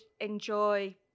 enjoy